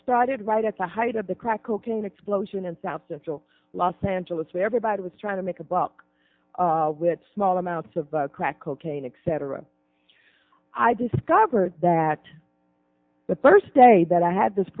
started right at the height of the crack cocaine explosion in south central los angeles where everybody was trying to make a buck with small amounts of crack cocaine except for i discovered that the first day that i had this